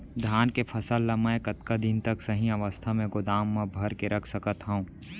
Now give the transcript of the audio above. धान के फसल ला मै कतका दिन तक सही अवस्था में गोदाम मा भर के रख सकत हव?